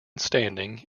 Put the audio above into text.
standing